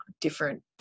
different